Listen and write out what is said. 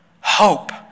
hope